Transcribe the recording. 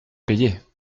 payer